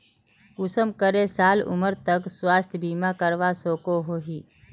कुंसम करे साल उमर तक स्वास्थ्य बीमा करवा सकोहो ही?